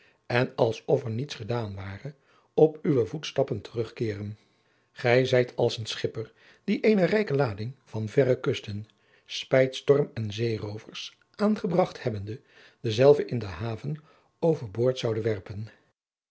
en als of er niets gedaan ware op uwe voetstappen terugkeeren gij zijt als een schipper die eene rijke lading van verre kusten spijt storm en zeeroovers aangebracht hebbende dezelve in de haven overboord zoude werpen